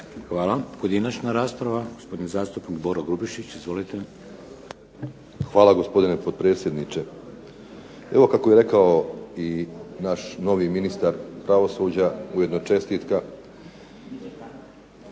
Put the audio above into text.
Hvala. Pojedinačna rasprava. Gospodin zastupnik Boro Grubišić. Izvolite. **Grubišić, Boro (HDSSB)** Hvala, gospodine potpredsjedniče. Evo kako je rekao i naš novi ministar pravosuđa, ujedno čestitka,